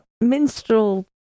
minstrel